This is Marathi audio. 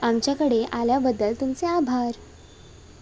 आमच्याकडे आल्याबद्दल तुमचे आभार